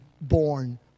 born